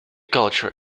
culture